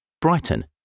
Brighton